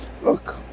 look